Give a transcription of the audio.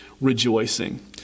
rejoicing